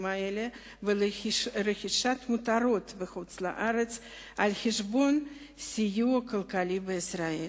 האלה ולרכישת מותרות בחו"ל על חשבון סיוע לכלכלת ישראל.